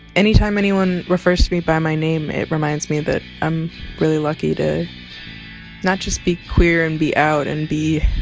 anytime anyone refers to me by my name, it reminds me that i'm really lucky to not just be queer and be out and be